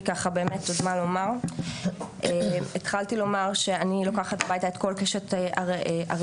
התחלתי לומר שאני לוקחת הביתה את כל קשת הרגשות,